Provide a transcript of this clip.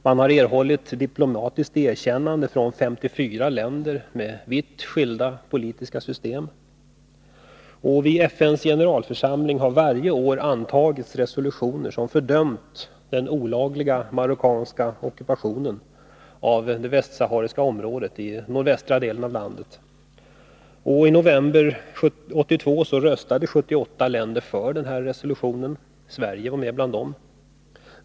Man har erhållit diplomatiskt erkännande från 54 länder med vitt skilda politiska system. Vid FN:s generalförsamling har varje år antagits resolutioner som fördömt den olagliga marockanska ockupationen av ett område i nordvästra delen av Västsahara. I november 1982 röstade 78 länder för resolutionen. Sverige var bland dem.